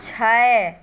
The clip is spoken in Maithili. छै